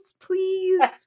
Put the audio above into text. Please